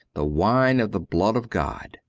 the wine of the blood of god.